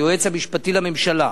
היועץ המשפטי לממשלה,